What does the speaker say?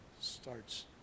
starts